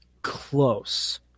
close